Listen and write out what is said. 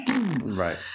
right